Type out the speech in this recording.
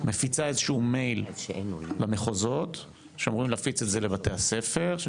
מפיצה איזשהו מייל למחוזות שאמורים להפיץ את זה לבתי הספר.